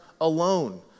alone